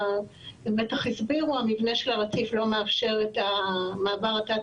הם בטח הסבירו שהמבנה של הרציף לא מאפשר את המעבר התת